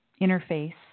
interface